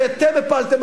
ואתם הפלתם,